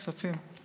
כספים.